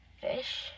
fish